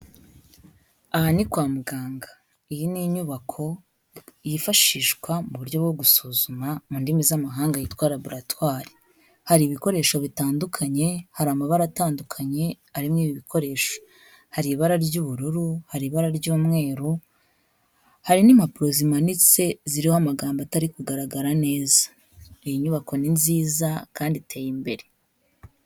Aha ni kwa muganga. Iyi ni inyubako yifashishwa mu buryo bwo gusuzuma mu ndimi z'amahanga yitwa laboratoire. Hari ibikoresho bitandukanye, hari amabara atandukanye ari muri ibi bikoresho. Hari ibara ry'ubururu, hari ibara ry'umweru, hari n'impapuro zimanitse ziriho amagambo atari kugaragara neza. Iyi nyubako ni nziza kandi iteye imbere.